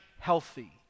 healthy